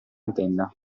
intenda